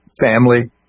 family